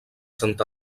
sant